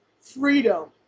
freedom